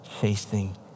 chasing